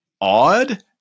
odd